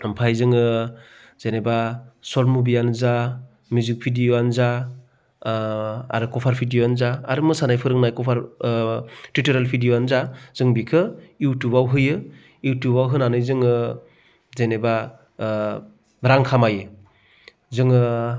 ओमफ्राय जोङो जेनेबा सर्ट मुभिआनो जा मिउजिक भिदिय'आनो जा आरो कभार भिदिय'आनो जा आरो मोसानाय फोरोंनाय कभार टिउटरियेल भिदिय'आनो जा जों बेखौ इउटुबाव होयो इउटुबाव होनानै जोङो जेनेबा रां खामायो जोङो